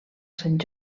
sant